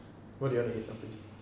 what you want to eat after this